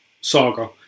saga